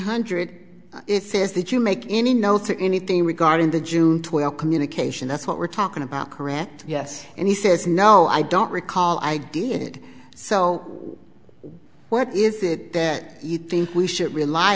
hundred it says that you make any notes or anything regarding the june twelfth communication that's what we're talking about correct yes and he says no i don't recall i did so well if you think we should rely